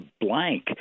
blank